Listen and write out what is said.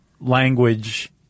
language